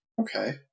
Okay